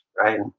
right